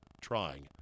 trying